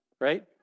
right